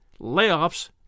layoffs